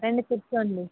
రండి కూర్చోండి